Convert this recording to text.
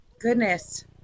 goodness